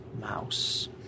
Mouse